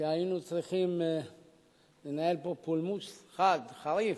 שהיינו צריכים לנהל פה פולמוס חד, חריף,